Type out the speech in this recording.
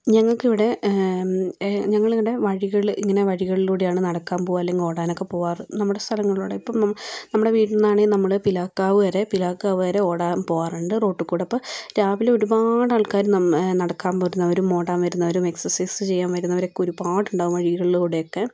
ഞങ്ങൾക്കിവിടെ ഞങ്ങളിവിടെ വഴികൾ ഇങ്ങനെ വഴികളിലൂടെയാണ് നടക്കാൻ പോവുക അല്ലെങ്കിൽ ഓടാനൊക്കെ പോവാറ് നമ്മുടെ സ്ഥലങ്ങളോടെ ഇപ്പോൾ നമ്മുടെ വീട്ടിന്നാണേ നമ്മൾ പിലാക്കാവ് വരെ പിലാക്കാവ് വരെ ഓടാൻ പോവാറുണ്ട് റോട്ട്ക്കൂട അപ്പം രാവിലെ ഒരുപാട് ആൾക്കാർ നടക്കാൻ പോരുന്നവരും ഓടാൻ വരുന്നവരും എക്സർസൈസ് ചെയ്യാൻ വരുന്നവരൊക്കെ ഒരുപാട് ഉണ്ടാവും വഴികളിലൂടെ ഒക്കെ